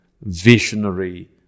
visionary